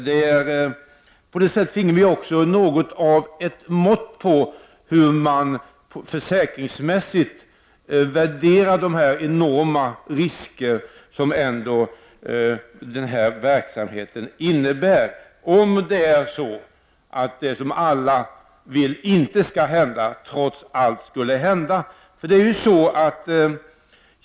Då finge vi också något av ett mått på hur man försäkringsmässigt värderar de enorma risker som denna verksamhet ändå medför, om det som alla vill inte skall hända trots allt skulle hända.